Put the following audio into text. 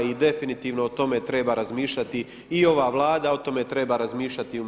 I definitivno o tome treba razmišljati i ova Vlada o tome treba razmišljati i u MUP-u.